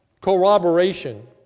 corroboration